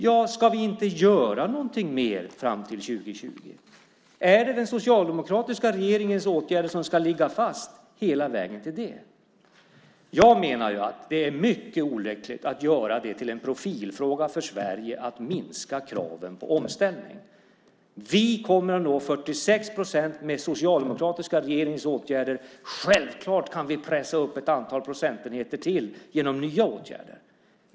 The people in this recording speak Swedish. Ja, ska vi inte göra någonting mer fram till 2020? Är det den socialdemokratiska regeringens åtgärder som ska ligga fast hela vägen dit? Jag menar att det är mycket olyckligt att göra det till en profilfråga för Sverige att minska kraven på omställning. Vi kommer att nå 46 procent med den socialdemokratiska regeringens åtgärder. Självklart kan vi pressa upp med ett antal procentenheter till genom nya åtgärder.